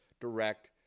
Direct